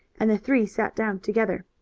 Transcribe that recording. and the three sat down together.